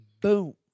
Boom